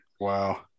Wow